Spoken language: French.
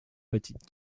petite